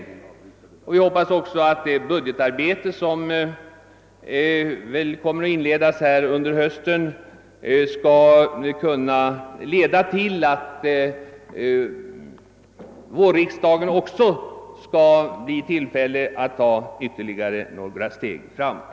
Vi hoppas även att det budgetarbete som kommer att inledas under hösten skall leda till att vårriksdagen också skall bli i tillfälle att ta ytterligare några steg framåt.